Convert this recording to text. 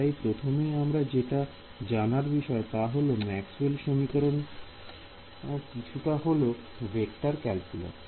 তাই প্রথমেই আমাদের যেটা জানার বিষয় তা হল ম্যাক্স ওয়েল সমীকরণ কিছুটা হলেও ভেক্টর ক্যালকুলাস